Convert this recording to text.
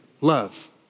love